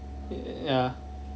ya